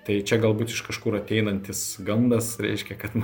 tai čia galbūt iš kažkur ateinantis gandas reiškia kad